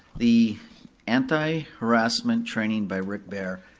the anti-harassment training by rick behr,